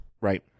Right